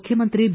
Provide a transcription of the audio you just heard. ಮುಖ್ಯಮಂತ್ರಿ ಬಿ